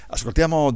Ascoltiamo